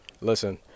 Listen